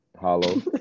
Hollow